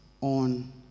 on